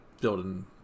building